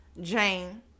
Jane